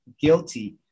guilty